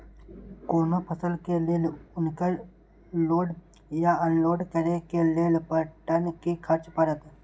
कोनो फसल के लेल उनकर लोड या अनलोड करे के लेल पर टन कि खर्च परत?